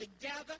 together